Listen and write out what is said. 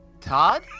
Todd